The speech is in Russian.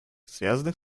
связанных